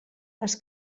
les